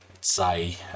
say